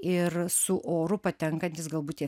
ir su oru patenkantys galbūt tie